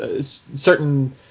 certain